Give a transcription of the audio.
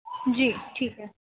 جی ٹھیک ہے